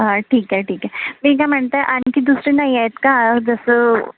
हां ठीक आहे ठीक आहे मी काय म्हणते आणखी दुसरी नाही आहेत का जसं